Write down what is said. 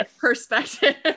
perspective